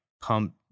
pump